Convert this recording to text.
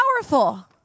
powerful